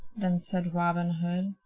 then said robin hood,